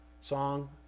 song